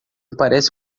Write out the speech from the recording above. parece